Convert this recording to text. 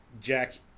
Jack